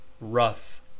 rough